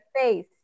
face